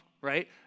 right